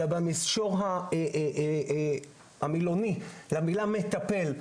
אלא במישור המילוני למילה מטפל.